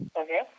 okay